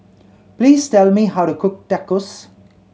please tell me how to cook Tacos